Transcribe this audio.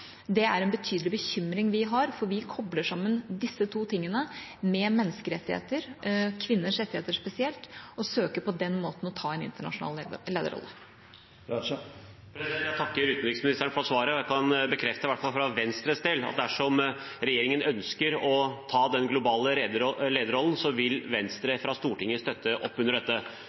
Det er en betydelig bekymring vi har, for vi kobler disse to tingene sammen med menneskerettigheter, kvinners rettigheter spesielt, og søker på den måten å ta en internasjonal lederrolle. Jeg takker utenriksministeren for svaret, og jeg kan bekrefte – i hvert fall for Venstres del – at dersom regjeringen ønsker å ta den globale lederrollen, vil Venstre fra Stortinget støtte opp under dette.